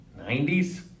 90s